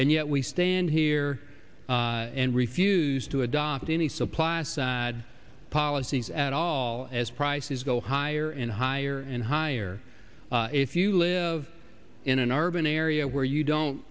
and yet we stand here and refuse to adopt any supplies policies at all as prices go higher and higher and higher if you live in an urban area where you don't